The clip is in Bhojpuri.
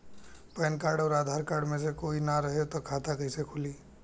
पैन कार्ड आउर आधार कार्ड मे से कोई ना रहे त खाता कैसे खुली?